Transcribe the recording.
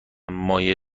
مایع